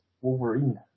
Wolverine